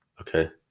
okay